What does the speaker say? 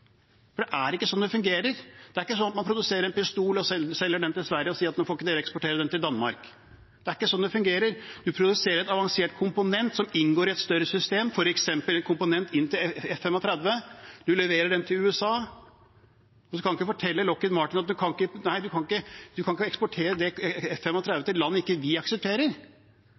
for det er ikke sånn det fungerer! Det er ikke sånn at man produserer en pistol og selger den til Sverige, og så sier at nå får ikke dere eksportere den til Danmark. Det er ikke sånn det fungerer. Vi produserer en avansert komponent som inngår i et større system, f.eks. en komponent til F-35. Man leverer den til USA, og så kan man ikke fortelle Lockheed Martin at de ikke kan eksportere F-35 til et land som ikke vi aksepterer. Hva ville USA si til